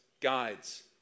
guides